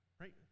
right